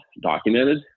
documented